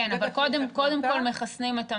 כן, אבל קודם כל מחסנים את המבוגרים,